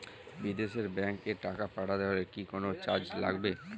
বিদেশের ব্যাংক এ টাকা পাঠাতে হলে কি কোনো চার্জ লাগবে?